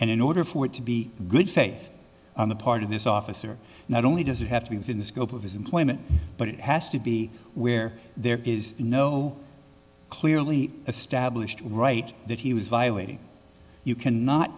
and in order for it to be a good faith on the part of this officer not only does it have to be within the scope of his employment but it has to be where there is no clearly established right that he was violating you cannot